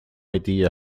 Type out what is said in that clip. idea